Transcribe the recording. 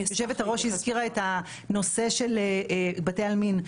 יושבת-הראש הזכירה את הנושא של בתי עלמין.